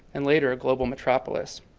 and later a global metropolis.